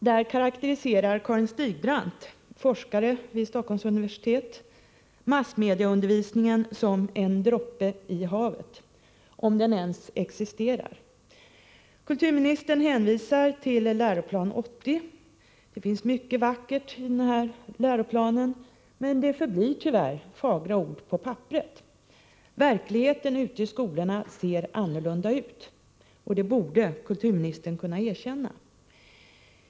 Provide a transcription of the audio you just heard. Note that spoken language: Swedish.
Där karakteriserar Karin Stigbrand, forskare vid Stockholms universitet, massmedieundervisningen som en droppe i havet, om den ens existerar. Kulturministern hänvisar till läroplan 80. Det finns mycket vackert i den läroplanen, men det förblir tyvärr fagra ord på papperet. Verkligheten ute i skolorna ser annorlunda ut, och det borde kulturministern kunna erkänna.